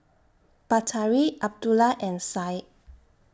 Batari Abdullah and Syed